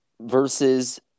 Versus